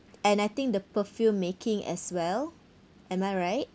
and I think the perfume making as well am I right